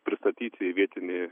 pristatyti į vietinį